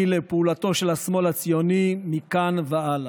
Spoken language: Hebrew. לפעולתו של השמאל הציוני מכאן והלאה.